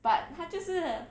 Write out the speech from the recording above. but 它就是